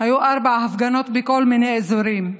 היו ארבע הפגנות בכל מיני אזורים,